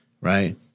Right